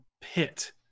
pit